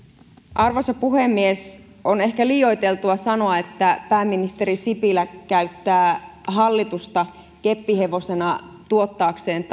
arvoisa puhemies on ehkä liioiteltua sanoa että pääministeri sipilä käyttää hallitusta keppihevosena tuottaakseen